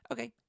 Okay